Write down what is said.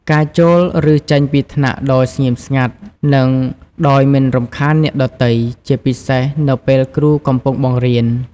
ការចូល ឬចេញពីថ្នាក់ដោយស្ងៀមស្ងាត់ និងដោយមិនរំខានអ្នកដទៃ ជាពិសេសនៅពេលគ្រូកំពុងបង្រៀន។